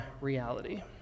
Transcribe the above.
reality